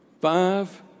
five